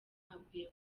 hakwiye